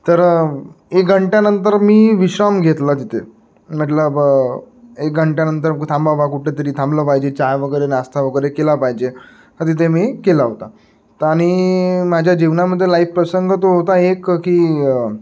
तर एक घंट्यानंतर मी विश्राम घेतला जिथे म्हटलं बं एक घंट्यानंतर थांबावं कुठंतरी थांबलं पाहिजे चाय वगैरे नाष्टा वगैरे केला पाहिजे तिथे मी केला होता त आणि माझ्या जीवनामधला एक प्रसंग तो होता एक की